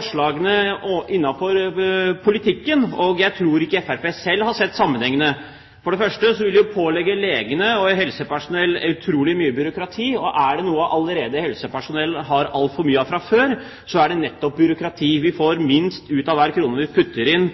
sammenhengene i politikken. Jeg tror ikke Fremskrittspartiet selv har sett sammenhengene. For det første vil de jo pålegge legene og helsepersonell utrolig mye byråkrati. Og er det noe helsepersonell allerede har altfor mye av fra før, er det nettopp byråkrati. Vi får minst ut av hver krone vi putter inn